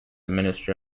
ministry